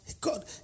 God